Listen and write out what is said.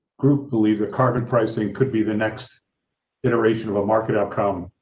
group believes that carbon pricing could be the next iteration of a market outcome.